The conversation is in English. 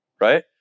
right